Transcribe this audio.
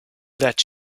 that